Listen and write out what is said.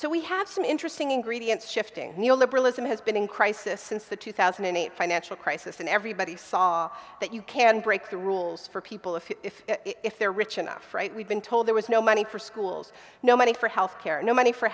so we have some interesting ingredients shifting neo liberalism has been in crisis since the two thousand and eight financial crisis and everybody saw that you can break the rules for people if if if they're rich enough right we've been told there was no money for schools no money for health care no money for